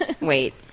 Wait